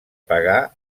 pagar